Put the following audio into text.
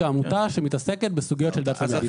זו עמותה שמתעסקת בסוגיות של דת ומדינה.